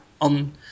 on